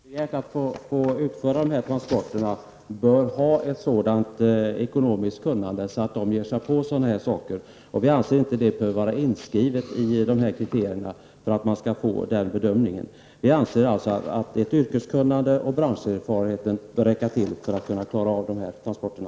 Herr talman! Vi utgår från att den som har begärt att få utföra sådana här transporter har ett sådant ekonomiskt kunnande som krävs för att ge sig på sådana saker. Vi anser inte att det behöver vara inskrivet i kriterierna för att den bedömningen skall komma till stånd. Vi anser alltså att yrkeskunnande och branscherfarenhet bör räcka till för att klara de transporterna.